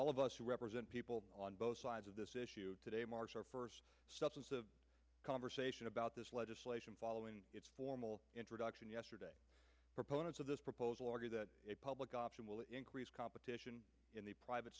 all of us who represent people on both sides of this issue today march our first conversation about this legislation following formal introduction yesterday proponents of this proposal argue that a public option will increase competition in the private